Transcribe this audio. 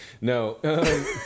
No